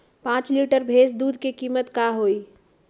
पाँच लीटर भेस दूध के कीमत का होई?